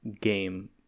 game